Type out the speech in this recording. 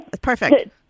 perfect